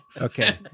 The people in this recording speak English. Okay